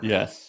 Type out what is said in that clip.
Yes